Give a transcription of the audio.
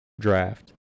draft